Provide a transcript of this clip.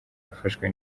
afashwe